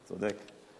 צודק.